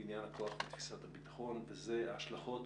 לבניין הכוח ותפיסת הביטחון, וזה ההשלכות